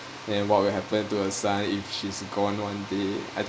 and what will happen to her son if she's gone one day